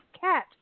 Cat